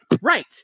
right